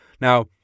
Now